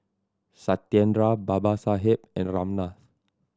Satyendra Babasaheb and Ramnath